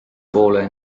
poole